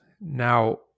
Now